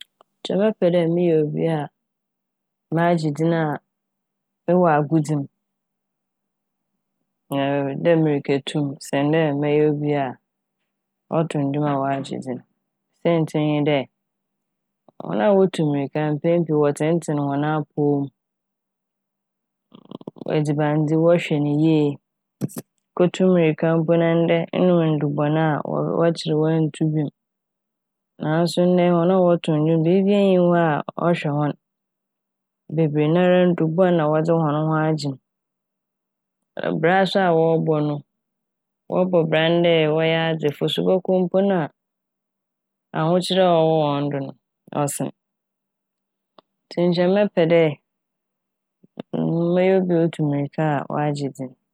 Nkyɛ mɛpɛ dɛ meyɛ obi a magye dzin a ewɔ agodzi m' dɛ emirkatu m' sen dɛ mɛyɛ obi a ɔtow ndwom a ɔagye dzin saintsir nye dɛ hɔn a wotu mirka n' mpɛn pii wɔtsentseen hɔn apɔw m'. Edzibandzi wɔhwɛ ne yie, kotu mirka na ndɛ enom ndubɔn a wɔkyeer wo a mirka no mpo nntu bio m' naaso ndɛ hɔn a wɔtow ndwom biibia nnyi hɔ a ɔhwɛ hɔn. Bebree nara ndubɔn na wɔdze hɔn ho agye m'. Bra so a wɔrobɔ no, wɔbɔ bra ne dɛ wɔyɛ adzefo nso ebɔkɔ mu na ahokyer a ɔwɔ hɔn do no ɔsen ntsi nkyɛ mɛpɛ dɛ mm- mɛyɛ obi a otu mirka a ɔagye dzin.